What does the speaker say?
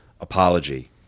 apology